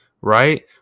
right